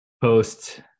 post